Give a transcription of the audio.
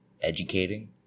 educating